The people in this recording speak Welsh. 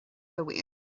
gywir